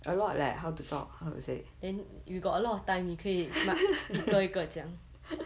then you've got a lot of time 你可以做一个一个讲